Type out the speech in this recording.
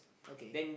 okay